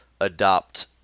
adopt